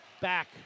back